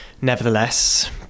Nevertheless